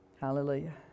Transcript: Hallelujah